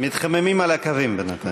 מתחממים על הקווים בינתיים.